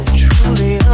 truly